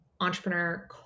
entrepreneur